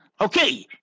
Okay